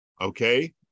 okay